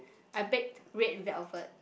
I baked red velvet